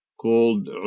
called